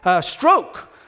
Stroke